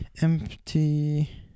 empty